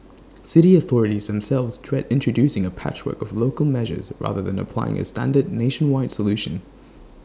city authorities themselves dread introducing A patchwork of local measures rather than applying A standard nationwide solution